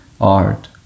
art